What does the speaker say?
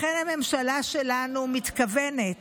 לכן הממשלה שלנו מתכוונת